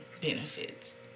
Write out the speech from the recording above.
benefits